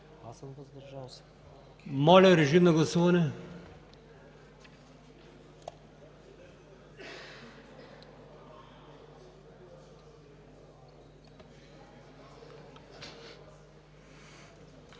Моля, режим на гласуване.